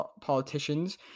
politicians